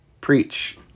preach